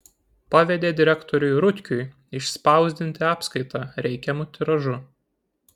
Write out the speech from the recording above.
pavedė direktoriui rutkiui išspausdinti apskaitą reikiamu tiražu